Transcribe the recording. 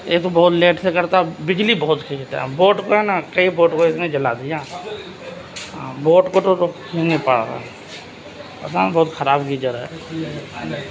ایک تو بہت لیٹ سے کرتا ہے بجلی بہت کھینچتا ہے بورڈ کا نا کئی بورڈ کو اس نے جلا دیا ہاں بورڈ کو تو پا رہا پتا نہیں بہت خراب گیزر ہے